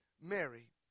Mary